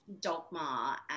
dogma